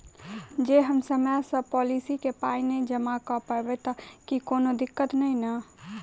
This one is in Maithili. जँ हम समय सअ पोलिसी केँ पाई नै जमा कऽ पायब तऽ की कोनो दिक्कत नै नै?